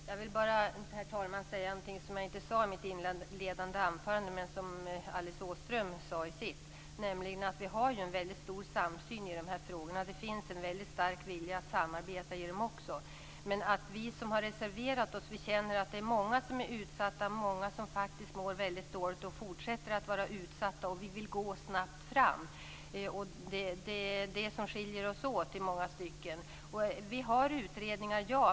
Herr talman! Jag vill bara säga något som jag inte sade i mitt inledande anförande, men som Alice Åström sade i sitt, nämligen att vi har en väldigt stor samsyn i de här frågorna. Det finns en väldigt stark vilja att samarbeta i dem också. Men vi som har reserverat oss känner att det är många som är utsatta, många som faktiskt mår väldigt dåligt. De fortsätter också att vara utsatta, och därför vill vi gå snabbt fram. Det är det som skiljer oss åt i många stycken. Vi har utredningar - ja.